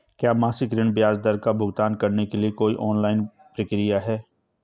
क्या मासिक ऋण ब्याज का भुगतान करने के लिए कोई ऑनलाइन प्रक्रिया है?